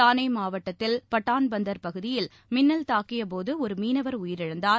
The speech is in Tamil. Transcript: தாணே மாவட்டத்தில் பட்டான்பந்தா் பகுதியில் மின்னல் தாக்கியபோது ஒரு மீனவர் உயிரிழந்தார்